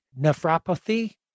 nephropathy